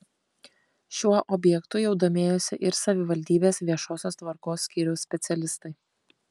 šiuo objektu jau domėjosi ir savivaldybės viešosios tvarkos skyriaus specialistai